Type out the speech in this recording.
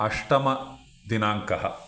अष्टमदिनाङ्कः